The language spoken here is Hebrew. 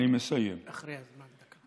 אחרי הזמן, אני מסיים.